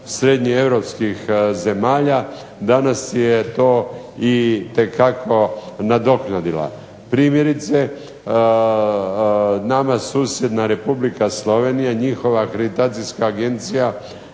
srednje europskih zemalja danas je to itekako nadoknadila. Primjerice, nama susjedna Republika Slovenija, njihova Akreditacijska agencija